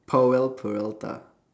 powell-peralta